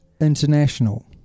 international